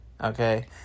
okay